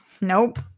Nope